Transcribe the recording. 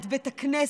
את בית הכנסת,